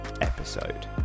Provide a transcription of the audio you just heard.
episode